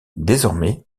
désormais